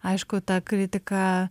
aišku ta kritika